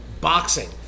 Boxing